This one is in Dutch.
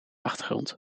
achtergrond